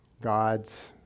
gods